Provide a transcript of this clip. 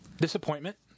disappointment